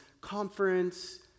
conference